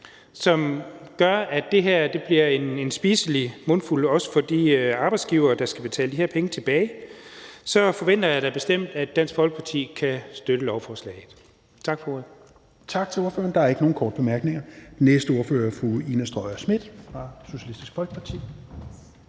som gør, at det bliver en spiselig mundfuld, også for de arbejdsgivere, der skal betale de her penge tilbage, da så bestemt forventer, at Dansk Folkeparti kan støtte lovforslaget. Tak for ordet. Kl. 12:35 Fjerde næstformand (Rasmus Helveg Petersen): Tak til ordføreren. Der er ikke nogen korte bemærkninger. Den næste ordfører er fru Ina Strøjer-Schmidt fra Socialistisk Folkeparti.